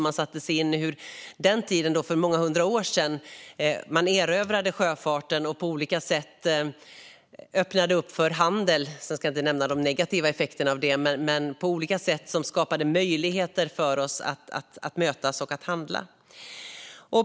Då satte jag mig in i hur man på den tiden, för många hundra år sedan, erövrade sjöfarten och på olika sätt öppnade upp för handel. Jag ska inte nämna de negativa effekterna av det, men det skapade på olika sätt möjligheter för oss att mötas och att handla.